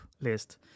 list